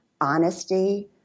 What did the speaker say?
honesty